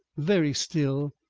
very still,